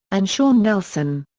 and shawn nelson.